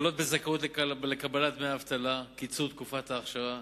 הקלות בזכאות לקבלת דמי אבטלה, קיצור תקופת האכשרה